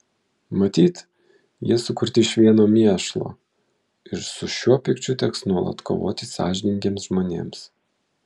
matyt jie sukurti iš vieno mėšlo ir su šiuo pykčiu teks nuolat kovoti sąžiningiems žmonėms